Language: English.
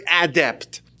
adept